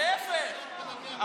להפך,